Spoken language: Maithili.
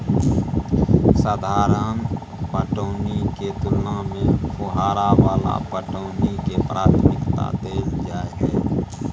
साधारण पटौनी के तुलना में फुहारा वाला पटौनी के प्राथमिकता दैल जाय हय